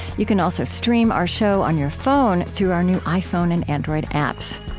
you can also stream our show on your phone through our new iphone and android apps